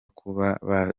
kuba